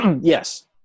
Yes